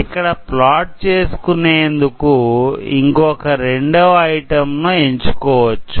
ఇక్కడ ప్లాట్ చేసుకొనేందుకు ఇంకొక రెండవ ఐటమ్ ను ఎంచుకోవచ్చు